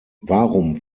warum